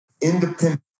independent